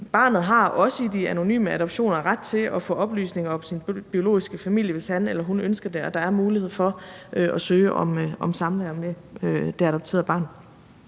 Barnet har også i de anonyme adoptioner ret til at få oplysninger om sin biologiske familie, hvis han eller hun ønsker det, og der er mulighed for at søge om samvær med det bortadopterede barn.